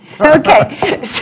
Okay